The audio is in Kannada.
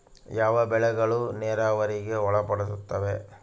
ಯಾವ ಬೆಳೆಗಳು ನೇರಾವರಿಗೆ ಒಳಪಡುತ್ತವೆ?